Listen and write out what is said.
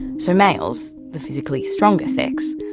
so males, the physically stronger sex,